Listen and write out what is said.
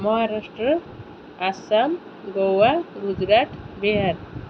Maharashtra Assam Goa Gujarat Bihar